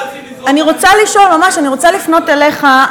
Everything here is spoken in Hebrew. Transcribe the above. אני רוצה לפנות אליך,